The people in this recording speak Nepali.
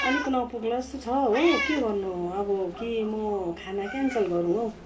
अलिक नपुग्ला जस्तो छ हो के गर्नु अब कि म खाना क्यान्सल गरौँ हौ